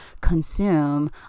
consume